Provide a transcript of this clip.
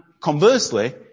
conversely